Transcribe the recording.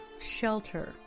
shelter